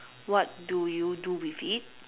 what do you do with it